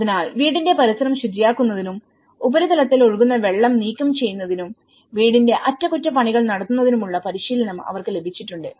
അതിനാൽ വീടിന്റെ പരിസരം ശുചിയാക്കുന്നതിനും ഉപരിതലത്തിൽ ഒഴുകുന്ന വെള്ളം നീക്കം ചെയ്യുന്നതിനുംവീടിന്റെ അറ്റകുറ്റപ്പണികൾ നടത്തുന്നതിനുമുള്ള പരിശീലനം അവർക്ക് ലഭിച്ചിട്ടുണ്ട്